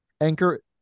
Anchor